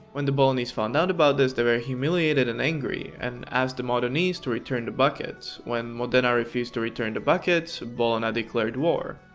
when the bolognese found out about this, they were humiliated, and angry, and asked the modenese to return the bucket. when modena refused to return the bucket. bologna declared war.